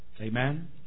Amen